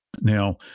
Now